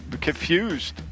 confused